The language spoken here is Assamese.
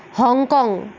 হংকং